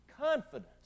Confidence